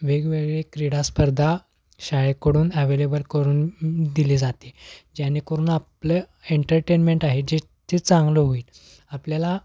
वेगवेगळे क्रीडास्पर्धा शाळेकडून ॲवेलेबल करून दिले जाते जेणेकरून आपलं एंटरटेन्मेंट आहे जे ते चांगलं होईल आपल्याला